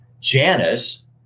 Janice